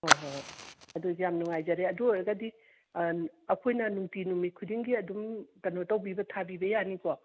ꯍꯣꯏ ꯍꯣꯏ ꯍꯣꯏ ꯑꯗꯨ ꯌꯥꯝ ꯅꯨꯡꯉꯥꯏꯖꯔꯦ ꯑꯗꯨ ꯑꯣꯏꯔꯒꯗꯤ ꯑꯩꯈꯣꯏꯅ ꯅꯨꯡꯇꯤ ꯅꯨꯃꯤꯠ ꯈꯨꯗꯤꯡꯒꯤ ꯑꯗꯨꯝ ꯀꯩꯅꯣ ꯇꯧꯕꯤꯕ ꯊꯥꯕꯤꯕ ꯌꯥꯅꯤꯀꯣ